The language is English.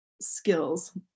skills